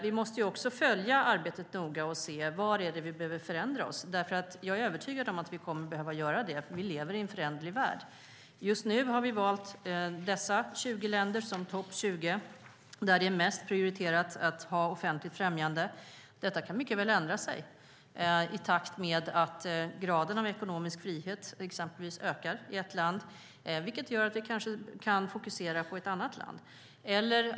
Vi måste också följa arbetet noga och se vad som behöver förändras. Jag är övertygad om att vi kommer att behöva göra förändringar, för vi lever i en föränderlig värld. Just nu har vi valt dessa 20 länder som topp 20. Offentligt främjande är mest prioriterat. Detta kan mycket väl ändra sig. Om graden av ekonomisk frihet ökar i ett land kan vi kanske fokusera på ett annat land.